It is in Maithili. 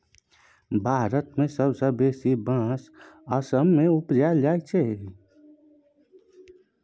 भारत मे सबसँ बेसी बाँस असम मे उपजाएल जाइ छै